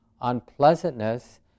unpleasantness